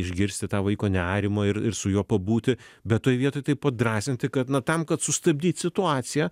išgirsti tą vaiko nerimą ir ir su juo pabūti bet toj vietoj taip padrąsinti kad na tam kad sustabdyt situaciją